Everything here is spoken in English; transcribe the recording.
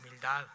Humildad